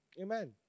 Amen